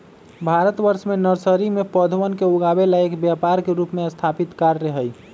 भारतवर्ष में नर्सरी में पौधवन के उगावे ला एक व्यापार के रूप में स्थापित कार्य हई